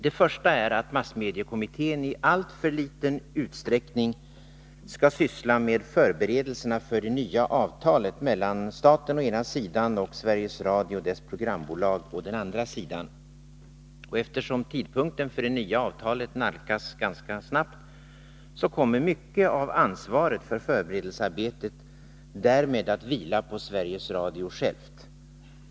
Den första är att massmediekommittén i alltför liten utsträckning skall syssla med förberedelserna för det nya avtalet mellan staten å ena sidan och Sveriges Radio och dess programbolag å andra sidan. Eftersom tidpunkten för det nya avtalets ikraftträdande nalkas ganska snabbt, kommer mycket av ansvaret för förberedelsearbetet därmed att vila på Sveriges Radio självt.